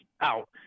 out